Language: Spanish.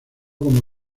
como